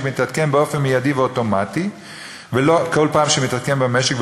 מתעדכן באופן מיידי ואוטומטי בכל פעם שמתעדכן במשק,